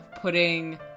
putting